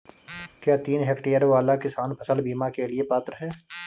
क्या तीन हेक्टेयर वाला किसान फसल बीमा के लिए पात्र हैं?